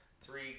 three